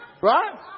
Right